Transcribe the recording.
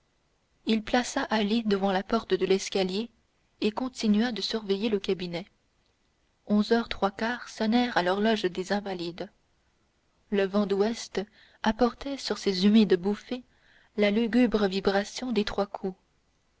il plaça ali devant la porte de l'escalier et continua de surveiller le cabinet onze heures trois quarts sonnèrent à l'horloge des invalides le vent d'ouest apportait sur ses humides bouffées la lugubre vibration des trois coups